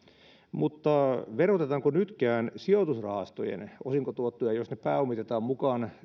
mutta verotetaanko nytkään sijoitusrahastojen osinkotuottoja jos ne pääomitetaan mukaan